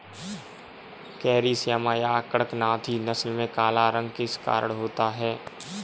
Carry Shyama या कड़कनाथी नस्ल में काला रंग किस कारण होता है?